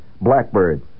blackbird